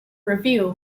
review